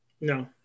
No